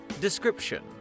Description